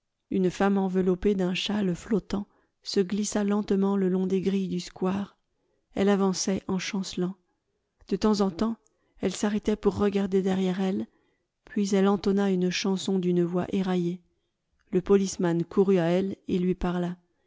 une femme enveloppée d'un châle flottant se glissa lentement le long des grilles du square elle avançait en chancelant de temps en temps elle s'arrêtait pour regarder derrière elle puis elle entonna une chanson d'une voix éraillée le policeman courut à elle et lui parla